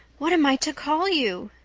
what am i to call you?